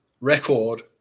record